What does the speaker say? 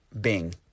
Bing